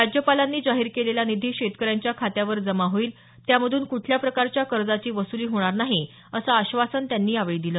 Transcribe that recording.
राज्यपालांनी जाहीर केलेला निधी शेतकऱ्यांचा खात्यावर जमा होईल त्यामधून कुठल्या प्रकारच्या कर्जाची वसुली होणार नाही असं आश्वासन त्यांनी यावेळी दिलं